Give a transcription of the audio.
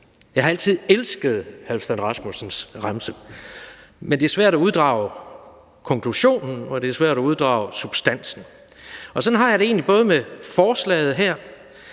Jeg har altid elsket Halfdan Rasmussens remse, men det er svært at uddrage konklusionen, og det er svært at uddrage substansen. Sådan har jeg det egentlig også med forslaget her,